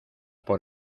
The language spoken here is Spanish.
por